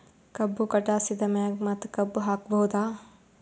ಕಬ್ಬು ಕಟಾಸಿದ್ ಮ್ಯಾಗ ಮತ್ತ ಕಬ್ಬು ಹಾಕಬಹುದಾ?